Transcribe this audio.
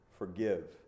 Forgive